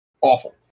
Awful